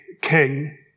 king